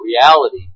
reality